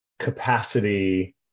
capacity